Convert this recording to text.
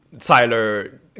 Tyler